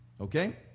Okay